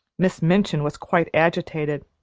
miss minchin was quite agitated.